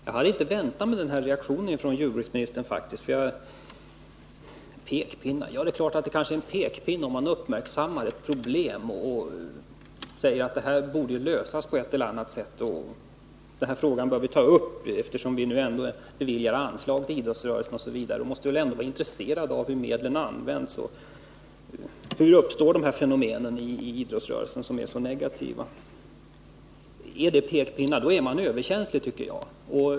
Herr talman! Jag hade faktiskt inte väntat mig den här reaktionen från jordbruksministern. Pekpinnar? Ja, det kan kanske betraktas som en pekpinne om vi uppmärksammar ett problem och säger att det borde lösas på ett eller annat sätt, att vi bör ta upp denna fråga eftersom vi ändå beviljar anslag till idrottsrörelsen, osv. Vi måste väl ändå vara intresserade av hur medlen används och hur sådana här negativa fenomen uppstår i idrottsrörelsen. Anser man att det är pekpinnar, då är man överkänslig, tycker jag.